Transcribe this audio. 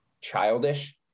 childish